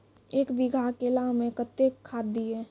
एक बीघा केला मैं कत्तेक खाद दिये?